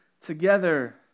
together